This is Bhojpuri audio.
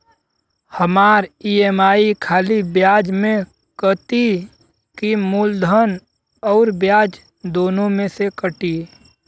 हमार ई.एम.आई खाली ब्याज में कती की मूलधन अउर ब्याज दोनों में से कटी?